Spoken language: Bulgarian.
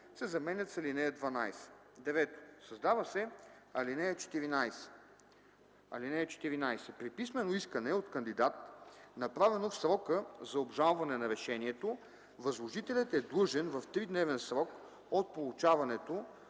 се заменят с „ал. 12”. 9. Създава се ал. 14: „(14) При писмено искане от кандидат, направено в срока за обжалване на решението, възложителят е длъжен в тридневен срок от получаването